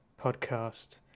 Podcast